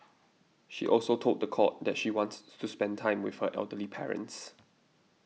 she also told the court that she wants to spend time with her elderly parents